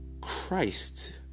christ